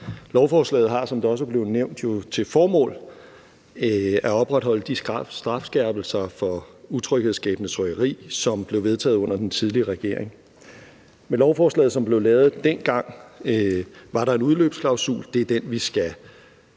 Lovforslaget har, som det også er blevet nævnt, jo til formål at opretholde de strafskærpelser for utryghedsskabende tiggeri, som blev vedtaget under den tidligere regering. Med lovforslaget, som blev lavet dengang, var der en udløbsklausul, og det er den, vi skal